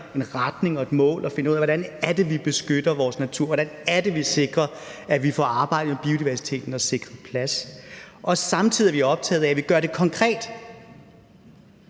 en retning og et mål og finder ud af, hvordan det er, vi beskytter vores natur, hvordan det er, vi sikrer, at vi får arbejdet med biodiversiteten og sikret plads. Samtidig er vi optaget af, at vi gør det konkret,